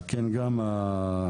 על כן גם המוכנות,